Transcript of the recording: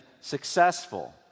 Successful